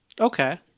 Okay